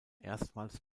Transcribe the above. erstmals